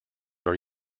are